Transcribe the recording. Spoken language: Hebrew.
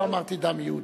לא אמרתי "דם יהודי".